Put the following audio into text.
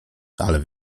ale